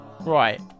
Right